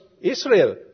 Israel